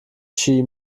chi